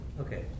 Okay